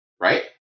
right